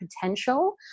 potential